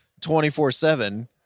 24-7